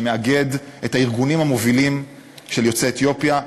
שמאגד את הארגונים המובילים של יוצאי אתיופיה,